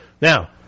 Now